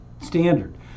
standard